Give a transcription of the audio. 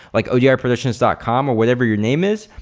like odiproductions dot com or whatever your name is,